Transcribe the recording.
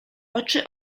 oczy